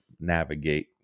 navigate